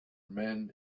men